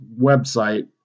website